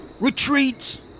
Retreat